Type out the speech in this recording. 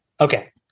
Okay